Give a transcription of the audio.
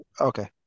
Okay